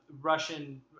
russian